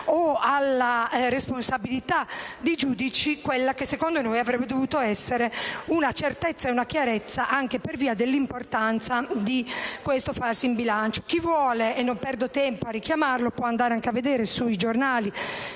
o alla responsabilità dei giudici quella che secondo noi avrebbe dovuto essere una certezza e una chiarezza, anche per via dell'importanza della fattispecie del falso in bilancio. Chi vuole - e non perdo tempo a richiamarlo - può anche andare a vedere sui giornali